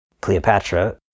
Cleopatra